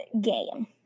game